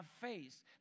face